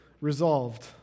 Resolved